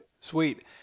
Sweet